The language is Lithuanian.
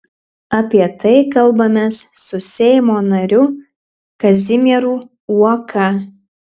apie tai kalbamės su seimo nariu kazimieru uoka